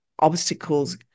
obstacles